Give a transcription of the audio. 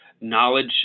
knowledge